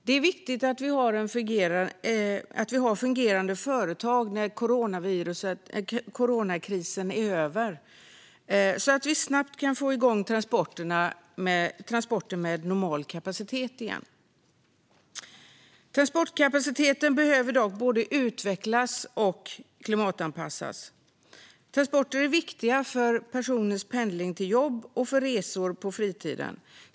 Det är viktigt att vi har fungerande företag när coronakrisen är över, så att vi snabbt kan få igång transporter med normal kapacitet igen. Transportkapaciteten behöver dock både utvecklas och klimatanpassas. Transporter är viktiga för personers pendling till jobb och resor på fritiden.